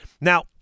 Now